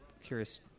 curious